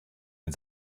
den